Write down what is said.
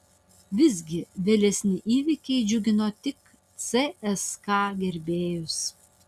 visgi vėlesni įvykiai džiugino tik cska gerbėjus